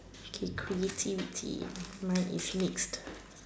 okay creativity mine is next